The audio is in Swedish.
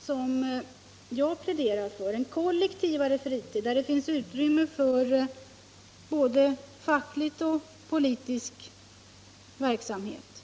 som jag pläderar för — en kollektiv fritid där det finns utrymme för både facklig och politisk verksamhet.